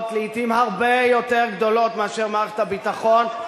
לעתים הרבה יותר גדולות מאשר מערכת הביטחון,